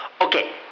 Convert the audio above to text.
Okay